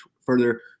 further